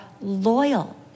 loyal